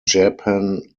japan